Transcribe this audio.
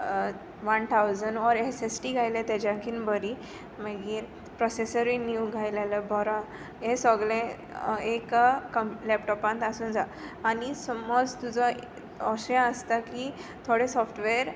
one thousand or SSD घायल्या तेज्याकीन बरी मागीर प्रॉसॅसरूय न्यू घायलेलो बरो यें सोगलें एका कम् लॅपटॉपांत आसूं जा आनी समोज तुजो अशें आसता की थोडे सॉफ्टवॅर